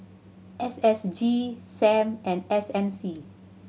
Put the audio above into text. S S G Sam and S M C